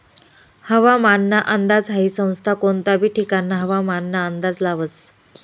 हवामानना अंदाज हाई संस्था कोनता बी ठिकानना हवामानना अंदाज लावस